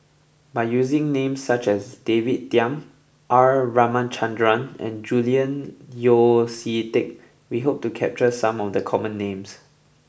by using names such as David Tham R Ramachandran and Julian Yeo See Teck we hope to capture some of the common names